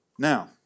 Now